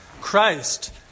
Christ